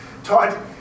Todd